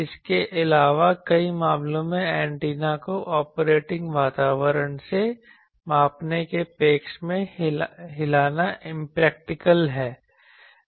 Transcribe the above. इसके अलावा कई मामलों में एंटीना को ऑपरेटिंग वातावरण से मापने के पक्ष में हिलाना इमप्रैक्टिकल है